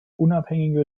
unabhängige